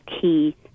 key